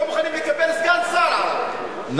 הם לא מוכנים לקבל סגן שר ערבי.